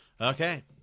Okay